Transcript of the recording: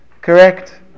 Correct